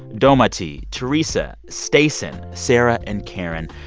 doma tee, theresa, stacen, sarah and karen.